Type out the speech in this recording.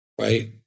Right